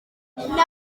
n’abandi